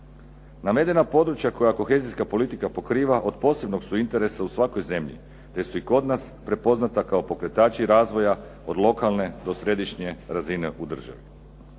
Navedena područja koja kohezijska politika pokriva od posebnog su interesa u svakoj zemlji, te su i kod nas prepoznata kao pokretači razvoja od lokalne do središnje razine u državi.